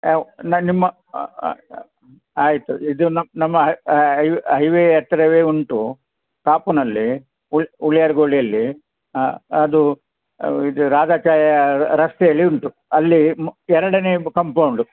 ಅವು ನಾನು ನಿಮ್ಮ ಆಯಿತು ಇದು ನಮ್ಮ ಐವೆ ಹೈವೇ ಹತ್ತಿರವೆ ಉಂಟು ಕಾಪುನಲ್ಲಿ ಉಳಿಯಾರು ಗುಳಿಯಲ್ಲಿ ಅದು ಇದು ರಾಧಾ ಛಾಯ ರಸ್ತೆಯಲ್ಲಿ ಉಂಟು ಅಲ್ಲಿ ಮ್ ಎರಡನೇ ಕಂಪೌಂಡು